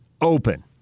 open